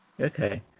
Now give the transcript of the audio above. Okay